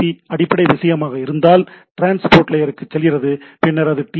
B அடிப்படை விஷயமாக இருந்தால் அது ட்ரான்ஸ்போர்ட் லேயருக்கு செல்கிறது பின்னர் அது டி